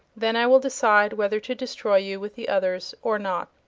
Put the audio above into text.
then i will decide whether to destroy you with the others or not.